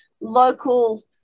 local